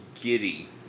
giddy